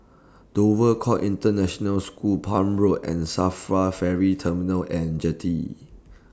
Dover Court International School Palm Road and SAFRA Ferry Terminal and Jetty